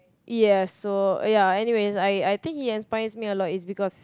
yes so ya anyways I I think he aspires me a lot is because